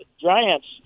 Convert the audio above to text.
Giants